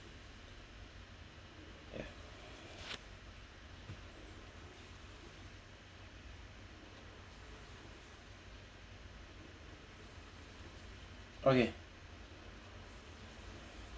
ya okay